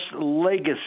Legacy